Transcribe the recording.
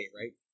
right